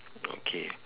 okay